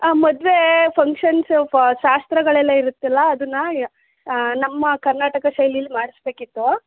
ಮದುವೆ ಫಂಕ್ಷನ್ಸು ಫ ಶಾಸ್ತ್ರಗಳೆಲ್ಲ ಇರುತ್ತಲ್ಲ ಅದನ್ನು ಯಾ ನಮ್ಮ ಕರ್ನಾಟಕ ಶೈಲಿಲ್ಲಿ ಮಾಡಿಸ್ಬೇಕಿತ್ತು